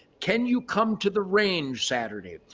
can you come to the range saturday?